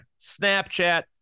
Snapchat